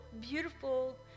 beautiful